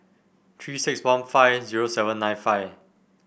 Three six one five zero seven nine five